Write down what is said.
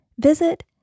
visit